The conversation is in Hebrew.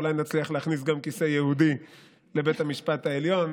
ואולי נצליח להכניס גם כיסא יהודי לבית המשפט העליון,